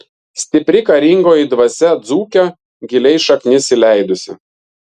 stipri karingoji dvasia dzūke giliai šaknis įleidusi